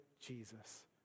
Jesus